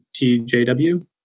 tjw